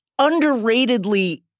underratedly